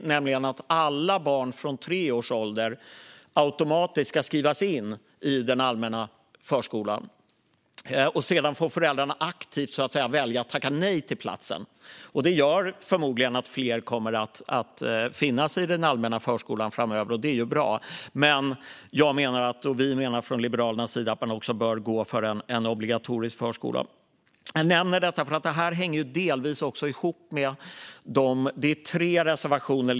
Modellen innebär att alla barn från tre års ålder automatiskt ska skrivas in i den allmänna förskolan. Sedan får föräldrarna aktivt välja att tacka nej till platsen. Det gör förmodligen att fler kommer att finnas i den allmänna förskolan framöver, och det är bra. Men från Liberalernas sida menar vi att förskolan bör göras obligatorisk. Jag nämner detta för att det delvis hänger ihop med de reservationer som Liberalerna står bakom.